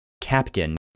Captain